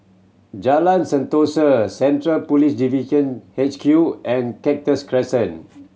Jalan Sentosa Central Police Division H Q and Cactus Crescent